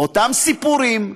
אותם סיפורים,